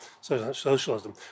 socialism